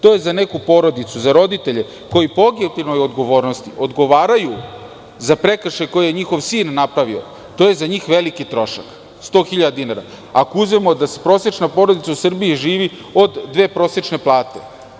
To je za neku porodicu, za roditelje koji po objektivnoj odgovornosti odgovaraju za prekršaj koji je njihov sin napravio, to je za njih veliki trošak, 100.000 dinara, ako uzmemo da prosečna porodica u Srbiji živi od dve prosečne plate.